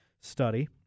study